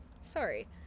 Sorry